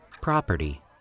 Property